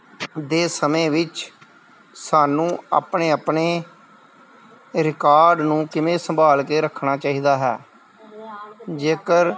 ਦੇ ਸਮੇਂ ਵਿੱਚ ਸਾਨੂੰ ਆਪਣੇ ਆਪਣੇ ਰਿਕਾਰਡ ਨੂੰ ਕਿਵੇਂ ਸੰਭਾਲ ਕੇ ਰੱਖਣਾ ਚਾਹੀਦਾ ਹੈ ਜੇਕਰ